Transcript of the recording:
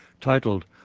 titled